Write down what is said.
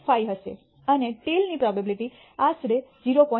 5 હશે અને ટેઈલ ની પ્રોબેબીલીટી આશરે 0